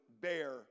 bear